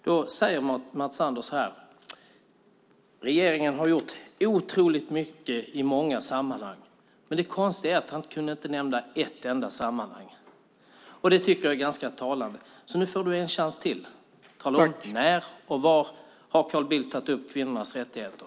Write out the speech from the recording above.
Då säger Mats Sander: Regeringen har gjort otroligt mycket i många sammanhang. Men det konstiga är att han inte kunde nämna ett enda sammanhang. Det tycker jag är ganska talande. Nu får du en chans till. Tala om när och var Carl Bildt har tagit upp kvinnornas rättigheter?